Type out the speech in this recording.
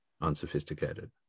unsophisticated